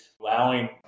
allowing